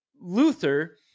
Luther